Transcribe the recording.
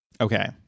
Okay